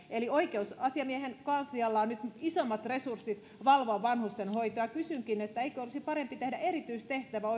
eli oikeusasiamiehen kanslialla on nyt isommat resurssit valvoa vanhustenhoitoa ja kysynkin eikö olisi parempi tehdä oikeusasiamiehelle erityistehtävä